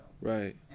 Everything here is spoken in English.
Right